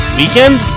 weekend